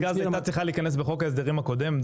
נתגז הייתה צריכה להיכנס בחוק ההסדרים הקודם,